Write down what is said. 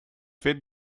fet